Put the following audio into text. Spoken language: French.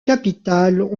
capitales